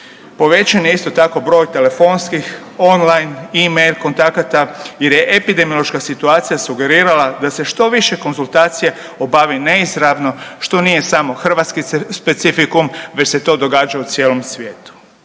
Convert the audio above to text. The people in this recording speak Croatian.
Povećan je isto tako broj telefonskih, online, e-mail kontakata jer je epidemiološka situacija sugerirala da se što više konzultacija obavi neizravno što nije samo hrvatski specifikum već se to događa u cijelom svijetu.